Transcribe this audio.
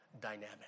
dynamic